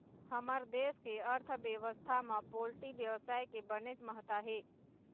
हमर देश के अर्थबेवस्था म पोल्टी बेवसाय के बनेच महत्ता हे